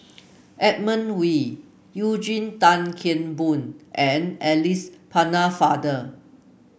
Edmund Wee Eugene Tan Kheng Boon and Alice Pennefather